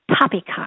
poppycock